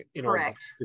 Correct